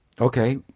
Okay